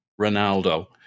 ronaldo